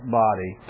body